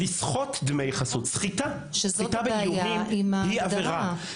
לסחוט דמי חסות, סחיטה, סחיטה באיומים היא עבירה.